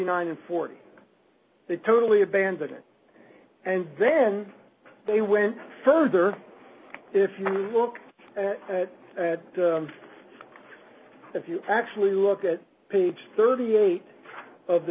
and forty they totally abandon it and then they went further if you look at if you actually look at page thirty eight of the